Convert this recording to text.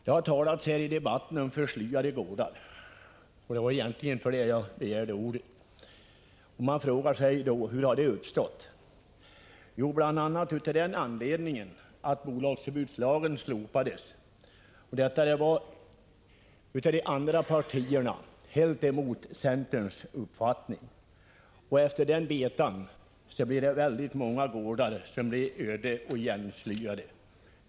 Det har här i debatten talats om förslyade gårdar. Det var egentligen av den anledningen som jag begärde ordet. Man frågar sig: Hur har dessa förslyade gårdar uppstått? Jo, bl.a. därför att bolagsförbudslagen slopades. Detta genomdrevs av de andra partierna, helt emot centerns uppfattning. Efter denna beta blev väldigt många gårdar öde och igenslyade.